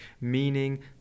meaning